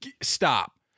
stop